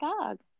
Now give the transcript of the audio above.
dog